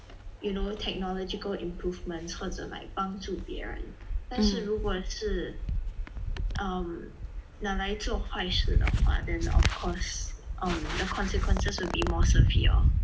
you know technological improvements 或者 like 帮助别人但是如果是 um 拿来做坏事的话 then of course um the consequences will be more severe